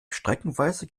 streckenweise